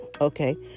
okay